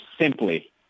simply